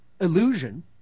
illusion